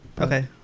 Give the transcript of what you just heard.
Okay